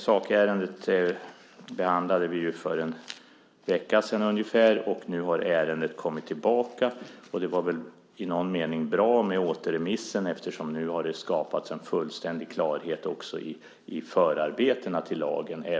Som sagt behandlade vi detta sakärende för ungefär en vecka sedan, och nu har ärendet kommit tillbaka. Återremissen var väl i någon mening bra eftersom det nu har skapats en fullständig klarhet också i förarbetena till lagen.